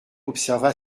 observa